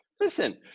Listen